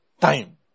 time